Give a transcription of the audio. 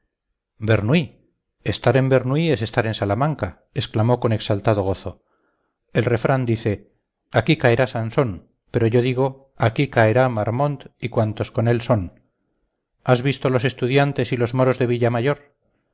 bernuy estar en bernuy es estar en salamanca exclamó con exaltado gozo el refrán dice aquí caerá sansón pero yo digo aquí caerá marmont y cuantos con él son has visto los estudiantes y los mozos de